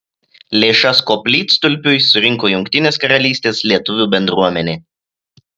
lėšas koplytstulpiui surinko jungtinės karalystės lietuvių bendruomenė